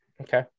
Okay